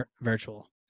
virtual